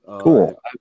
Cool